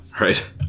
right